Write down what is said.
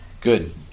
good